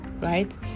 Right